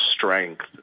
strength